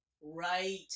Right